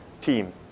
team